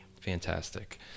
Fantastic